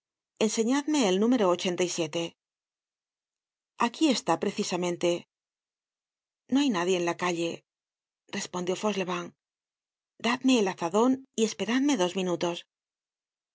from google book search generated at aquí está precisamente no hay nadie en la calle respondió fauchelevent dadme el azadon y esperadme dos minutos